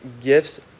gifts